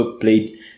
played